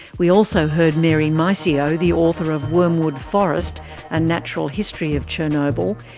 we also heard mary mycio, the author of wormwood forest a natural history of chernobyl,